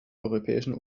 europäischen